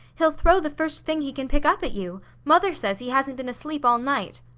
he'll throw the first thing he can pick up at you. mother says he hasn't been asleep all night.